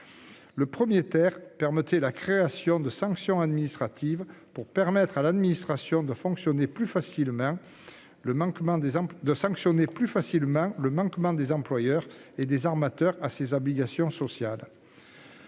L'article 1 prévoyait des sanctions administratives pour permettre à l'administration de sanctionner plus facilement le manquement des employeurs et des armateurs à ces obligations sociales.